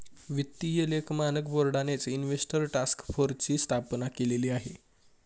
वित्तीय लेख मानक बोर्डानेच इन्व्हेस्टर टास्क फोर्सची स्थापना केलेली आहे